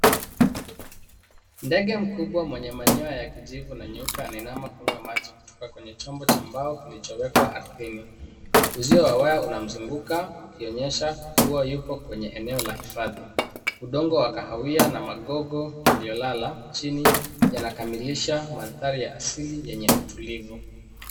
Ndege mkubwa mwenye manyoya kijivu na nyeupe anainama kunywa maji kutoka kwenye chombo cha mbao kilichowekwa ardhini. Uzio wa waya unamzunguka ukionyesha kuwa yuko kwenye eneo la hifadhi. Udongo wa kahawia na magogo yaliyolala chini yanakamilisha mandhari ya asili yenye utulivu.